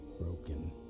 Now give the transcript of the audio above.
broken